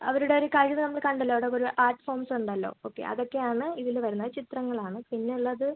അവരുടെ ഒരു കഴിവ് നമ്മൾ കണ്ടല്ലോ ആർട്ട് ഫോംസ് ഉണ്ടല്ലോ ഓക്കെ അതൊക്കെ ആണ് ഇതിൽ വരുന്ന ചിത്രങ്ങളാണ് പിന്നെ ഉള്ളത്